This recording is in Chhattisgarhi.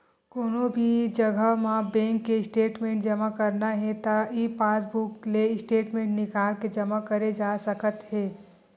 कोनो भी जघा म बेंक के स्टेटमेंट जमा करना हे त ई पासबूक ले स्टेटमेंट निकाल के जमा करे जा सकत हे